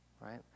right